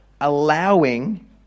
allowing